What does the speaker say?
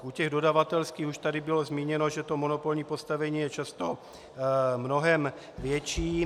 U těch dodavatelských už tady bylo zmíněno, že to monopolní postavení je často mnohem větší a